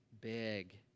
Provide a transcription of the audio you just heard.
big